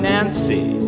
Nancy